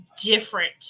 different